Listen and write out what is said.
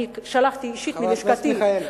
שלחתי אישית, חברת הכנסת מיכאלי.